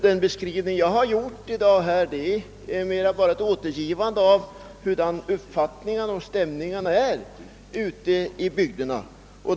Den beskrivning jag har lämnat här innebär bara ett återgivande av hurudana uppfattningarna och stämningarna är ute i bygderna.